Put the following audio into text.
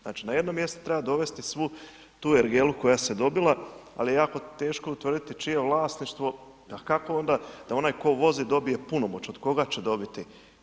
Znači na jednom mjestu treba dovesti svu tu ergelu koja se dobila, ali je jako teško utvrditi čije je vlasništvo, pa kako onda, onaj tko vozi dobije punomoć, od koga će dobiti?